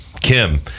Kim